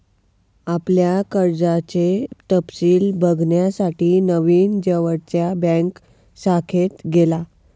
आपल्या कर्जाचे तपशिल बघण्यासाठी नवीन जवळच्या बँक शाखेत गेला